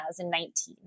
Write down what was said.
2019